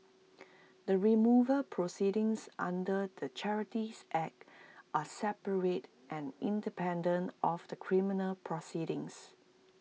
the removal proceedings under the charities act are separate and independent of the criminal proceedings